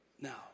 Now